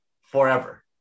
forever